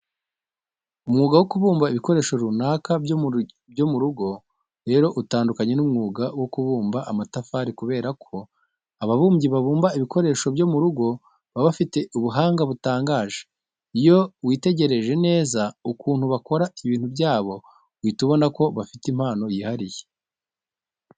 Umwuga wo kubumba ibikoresho runaka byo mu rugo rero utandukanye n'umwuga wo kubumba amatafari kubera ko ababumbyi babumba ibikoresho byo mu rugo baba bafite ubuhanga butangaje. Iyo witegereje neza ukuntu bakora ibintu byabo uhita ubona ko bafite impano yihariye.